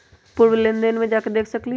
पूर्व लेन देन में जाके देखसकली ह?